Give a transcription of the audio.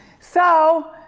so,